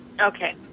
Okay